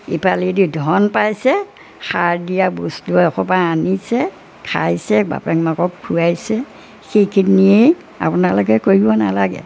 ইফালেদি ধন পাইছে সাৰ দিয়া বস্তু এসোপা আনিছে খাইছে বাপেক মাকক খুৱাইছে সেইখিনিয়েই আপোনালোকে কৰিব নালাগে